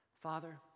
Father